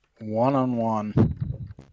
One-on-one